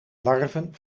larven